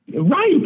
Right